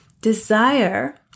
Desire